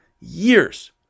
years